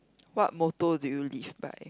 what motto do you live by